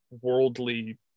worldly